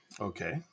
Okay